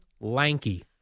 Lanky